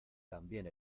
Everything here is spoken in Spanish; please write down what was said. también